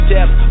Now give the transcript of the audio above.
Death